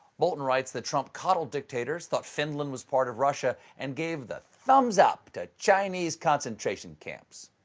bolton writes that trump coddled dictators, thought finland was part of russia, and gave the thumbs-up to chinese concentration camps.